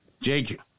Jake